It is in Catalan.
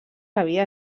havia